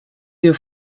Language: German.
wir